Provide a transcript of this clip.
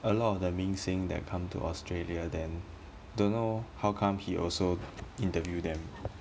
a lot of the 明星 that come to australia then don't know how come he also interview them